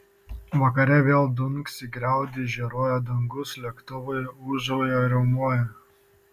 vakare vėl dunksi griaudi žėruoja dangus lėktuvai ūžauja riaumoja